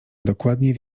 dokładnie